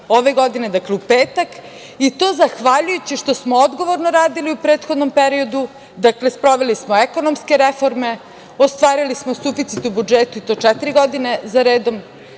ove godine, dakle, u petak i to zahvaljujući što smo odgovorno radili u prethodnom periodu. Dakle, sproveli smo ekonomske reforme, ostvarili smo suficit u budžetu i to četiri godine za redom,